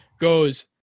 goes